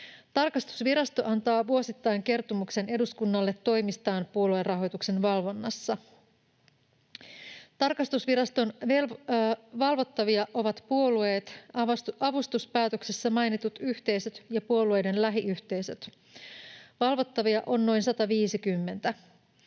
Tarkastusvirasto antaa vuosittain kertomuksen eduskunnalle toimistaan puoluerahoituksen valvonnassa. Tarkastusviraston valvottavia ovat puolueet, avustuspäätöksessä mainitut yhteisöt ja puolueiden lähiyhteisöt. Valvottavia on noin 150.